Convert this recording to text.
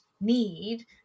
need